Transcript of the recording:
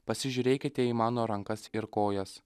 pasižiūrėkite į mano rankas ir kojas